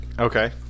okay